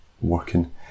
working